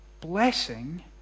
blessing